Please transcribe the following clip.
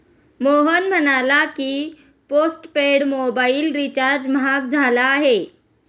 मोहन म्हणाला की, postpaid mobile recharge महाग झाला आहे